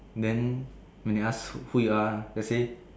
then when they ask who who you are just say